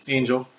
Angel